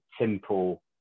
simple